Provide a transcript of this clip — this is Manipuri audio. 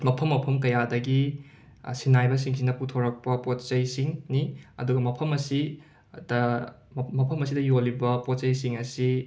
ꯃꯐꯝ ꯃꯐꯝ ꯀꯌꯥꯗꯒꯤ ꯑ ꯁꯤꯅꯥꯏꯕꯁꯤꯡꯁꯤꯅ ꯄꯨꯊꯣꯔꯛꯄ ꯄꯣꯠ ꯆꯩꯁꯤꯡꯅꯤ ꯑꯗꯨ ꯃꯐꯝ ꯑꯁꯤ ꯑꯗ ꯃꯐꯝ ꯑꯁꯤꯗ ꯌꯣꯜꯂꯤꯕ ꯄꯣꯠ ꯆꯩꯁꯤꯡ ꯑꯁꯤ